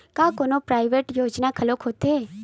का कोनो प्राइवेट योजना घलोक होथे?